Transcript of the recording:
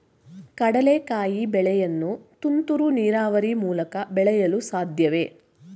ಕಡ್ಲೆಕಾಯಿ ಬೆಳೆಯನ್ನು ತುಂತುರು ನೀರಾವರಿ ಮೂಲಕ ಬೆಳೆಯಲು ಸಾಧ್ಯವೇ?